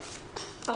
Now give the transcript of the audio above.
11:05.